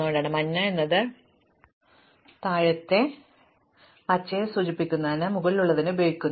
അതിനാൽ മഞ്ഞ എന്നത് താഴ്ന്ന പച്ചയെ സൂചിപ്പിക്കുന്നത് മുകളിലുള്ളതിനെ സൂചിപ്പിക്കുന്നു